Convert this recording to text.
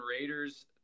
Raiders